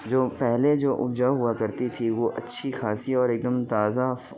جو پہلے جو اپجاؤ ہوا کرتی تھی وہ اچھی خاصی اور ایک دم تازہ